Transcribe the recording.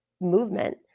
movement